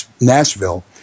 Nashville